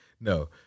no